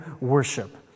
worship